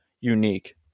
unique